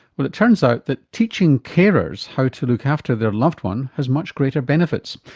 well it turns out that teaching carers how to look after their loved one has much greater benefits.